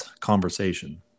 conversation